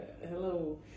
Hello